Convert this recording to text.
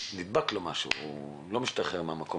נדבק בו משהו והוא לא משתחרר מהמקום